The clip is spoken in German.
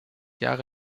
jahre